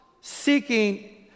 seeking